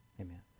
Amen